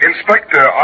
Inspector